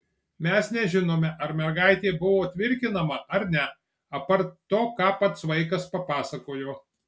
mes nežinome ar mergaitė buvo tvirkinama ar ne apart to ką pats vaikas papasakojo